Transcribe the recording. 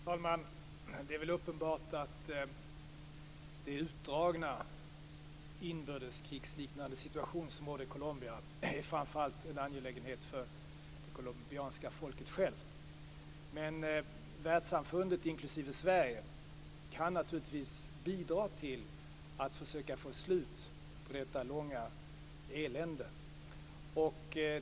Fru talman! Det är väl uppenbart att den utdragna inbördeskrigsliknande situation som råder i Colombia framför allt är en angelägenhet för det colombianska folket självt. Men världssamfundet, inklusive Sverige, kan naturligtvis bidra till att försöka få slut på detta långa elände.